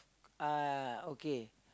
uh okay